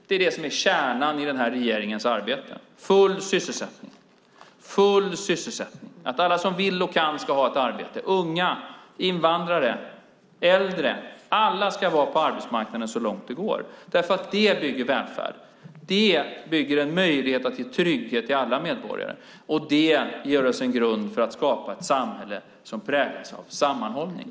Det är det som är kärnan i den här regeringens arbete - full sysselsättning. Alla som vill och kan ska ha ett arbete, unga, invandrare, äldre, alla ska vara på arbetsmarknaden så långt det går, därför att det bygger välfärden. Det bygger en möjlighet att ge trygghet till alla medborgare och det ger oss en grund för att skapa ett samhälle som präglas av sammanhållning.